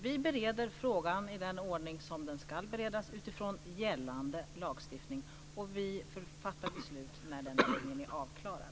Vi bereder frågan i den ordning som den ska beredas utifrån gällande lagstiftning, och vi fattar beslut när beredningen är avklarad.